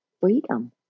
Freedom